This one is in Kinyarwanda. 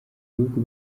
bihugu